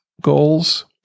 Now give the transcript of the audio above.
goals